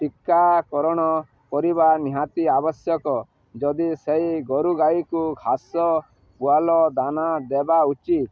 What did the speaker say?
ଟିକାକରଣ କରିବା ନିହାତି ଆବଶ୍ୟକ ଯଦି ସେହି ଗୋରୁଗାଈକୁ ଘାସ ପୁଆଲ ଦାନା ଦେବା ଉଚିତ୍